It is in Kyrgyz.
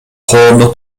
коомдук